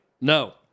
No